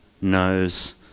knows